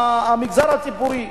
בעיקר המגזר הציבורי.